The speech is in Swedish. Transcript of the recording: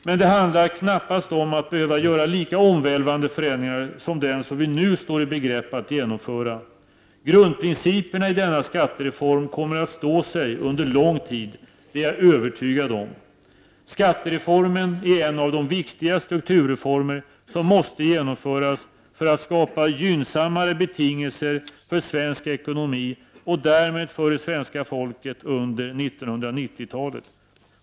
Men det handlar knappast om att behöva göra lika omvälvande förändringar som den förändring som vi nu står i begrepp att genomföra. Grundprinciperna i denna skattereform kommer att stå sig under en lång tid — det är jag övertygad om. Skattereformen är en av de viktiga strukturreformer som måste genomföras för att gynnsammare betingelser skall kunna skapas för svensk ekonomi och därmed för det svenska folket under 1990-talet.